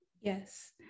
yes